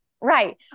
Right